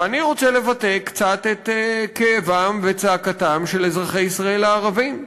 ואני רוצה לבטא קצת את כאבם וצעקתם של אזרחי ישראל הערבים.